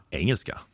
engelska